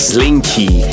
Slinky